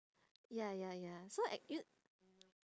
ya ya ya so at yo~